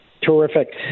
Terrific